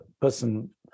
person